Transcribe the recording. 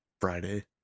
Friday